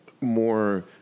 more